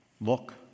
Look